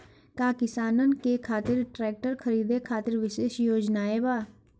का किसानन के खातिर ट्रैक्टर खरीदे खातिर विशेष योजनाएं बा?